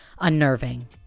unnerving